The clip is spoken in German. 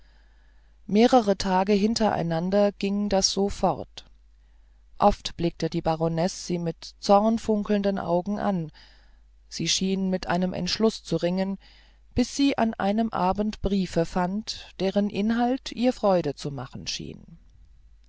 mehrere tage hintereinander ging das so fort oft blickte die baronesse sie mit zornfunkelnden augen an sie schien mit einem entschluß zu ringen bis sie an einem abend briefe fand deren inhalt ihr freude zu machen schien